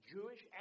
Jewish